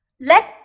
Let